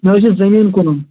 مےٚ حظ چھِ زٔمیٖن کٕنُن